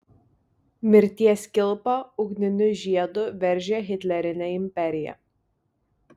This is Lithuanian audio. mirties kilpa ugniniu žiedu veržė hitlerinę imperiją